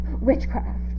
witchcraft